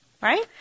right